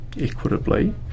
equitably